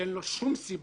אין לו שום סיבה